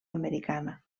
americana